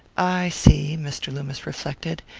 i see. mr. loomis reflected.